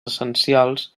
essencials